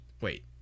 wait